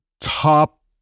top